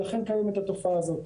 היא אכן קיימת התופעה הזאת.